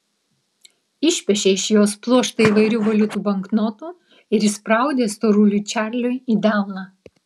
išpešė iš jos pluoštą įvairių valiutų banknotų ir įspraudė storuliui čarliui į delną